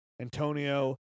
Antonio